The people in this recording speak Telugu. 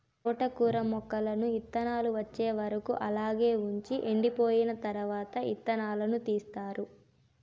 తోటకూర మొక్కలను ఇత్తానాలు వచ్చే వరకు అలాగే వుంచి ఎండిపోయిన తరవాత ఇత్తనాలను తీస్తారు